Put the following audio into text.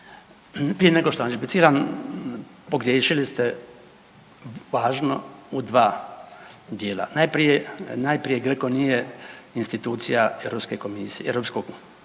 nego što vam repliciram pogriješili ste važno u dva dijela. Najprije GRECO nije institucija Europske komisije,